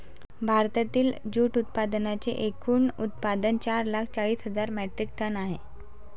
भारतातील जूट उत्पादनांचे एकूण उत्पादन चार लाख चाळीस हजार मेट्रिक टन आहे